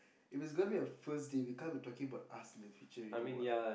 if it's going to be a first date we can't be talking about us in the future already what